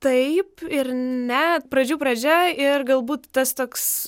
taip ir net pradžių pradžia ir galbūt tas toks